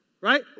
Right